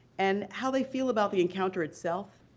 and how they feel about the encounter itself,